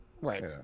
right